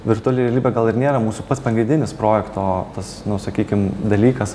virtuali realybė gal ir nėra mūsų pats pagrindinis projekto tas nu sakykim dalykas